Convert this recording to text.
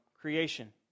creation